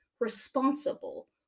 responsible